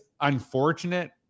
unfortunate